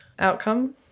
outcome